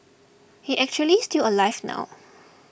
he's actually still alive now